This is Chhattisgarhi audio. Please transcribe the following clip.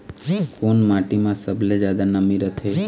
कोन माटी म सबले जादा नमी रथे?